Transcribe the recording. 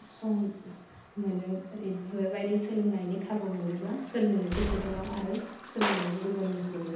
सम बेफोरबायदि सोलोंनायनि खाबु मोनोब्ला सोलोंनो गोसो दङ आरो सोलोंगोन गुबुननिखौबो